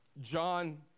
John